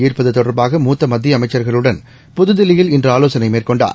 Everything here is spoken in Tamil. ஈ்ப்பத்தொடர்பாகமூத்தமத்தியஅமைச்சர்களுடன் புதுதில்லியல் இன்று ஆலோசனைமேற்கொண்டார்